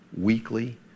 weekly